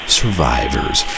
survivors